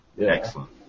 Excellent